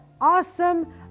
awesome